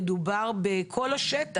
מדובר בכל השטח,